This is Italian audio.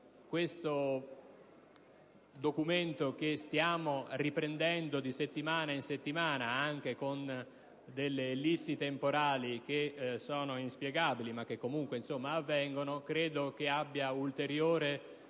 disegno di legge che stiamo riprendendo di settimana in settimana, anche con delle ellissi temporali che sono inspiegabili, ma che comunque avvengono, credo che abbia necessità